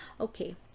Okay